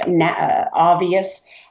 obvious